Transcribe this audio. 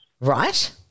Right